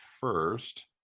first